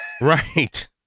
Right